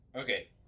Okay